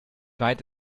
weit